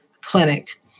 clinic